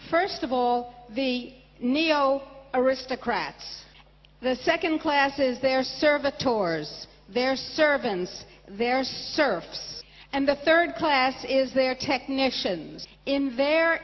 first of all the neo aristocrats the second classes their service tours their servants their service and the third class is their technicians in their